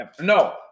No